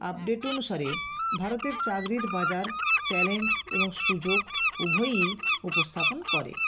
update অনুসারে ভারতের চাকরির বাজার চ্যালেঞ্জ এবং সুযোগ উভয়ই উপস্থাপন করে